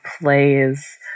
plays